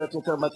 קצת יותר מתמטיקה,